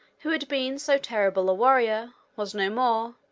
who had been so terrible a warrior, was no more,